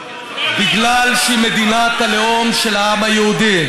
ולא למרות אלא בגלל שהיא מדינת הלאום של העם היהודי.